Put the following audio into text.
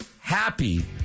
happy